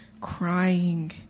crying